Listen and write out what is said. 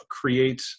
create